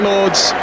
Lord's